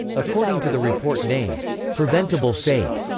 according to the report named preventable fate,